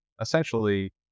essentially